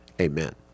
Amen